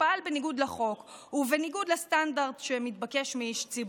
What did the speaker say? שפעל בניגוד לחוק ובניגוד לסטנדרט שמתבקש מאיש ציבור.